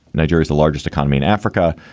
niger is the largest economy in africa.